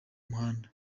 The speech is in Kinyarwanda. muhanda